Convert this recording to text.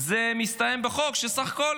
זה מסתיים בחוק, סך הכול